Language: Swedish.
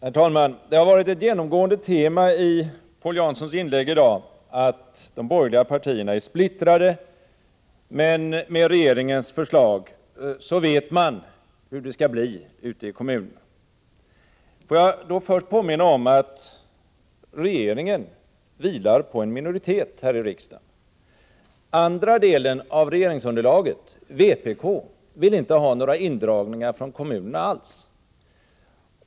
Herr talman! Det har varit ett genomgående tema i Paul Janssons inlägg i dag att de borgerliga partierna är splittrade men att man med regeringens förslag vet hur det skall bli ute i kommunerna. Låt mig då först påminna om att regeringsmakten vilar på en minoritet i riksdagen. Den andra delen av regeringsunderlaget, vpk, vill inte ha några indragningar alls från kommunerna.